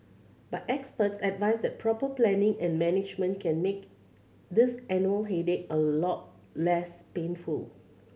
but experts advise that proper planning and management can make this annual headache a lot less painful